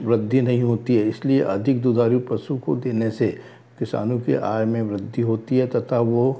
वृद्धि नहीं होती है इसलिए अधिक दुधारू पशु को देने से किसानों के आय में वृद्धि होती है तथा वो